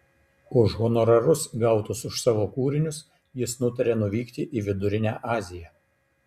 už honorarus gautus už savo kūrinius jis nutarė nuvykti į vidurinę aziją